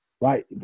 Right